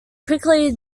quickly